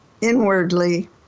inwardly